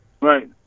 Right